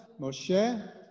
Moshe